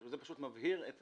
זה פשוט מבהיר את